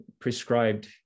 prescribed